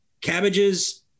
cabbages